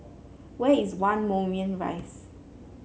where is One Moulmein Rise